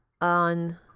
on